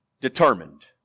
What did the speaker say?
determined